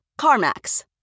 CarMax